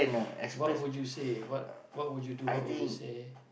what would you say what what would you do what would you say